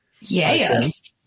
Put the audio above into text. Yes